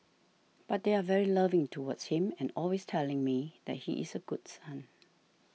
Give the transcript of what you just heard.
but they are very loving towards him and always telling me that he is a good son